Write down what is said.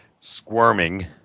squirming